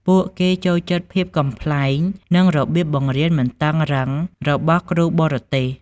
ពួកគេចូលចិត្តភាពកំប្លែង និងរបៀបបង្រៀនមិនតឹងរ៉ឹងរបស់គ្រូបរទេស។